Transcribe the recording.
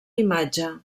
imatge